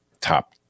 top